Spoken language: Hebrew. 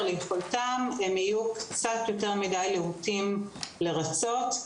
ליכולתם הם יהיו קצת יותר מדי להוטים לרצות,